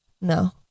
No